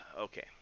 okay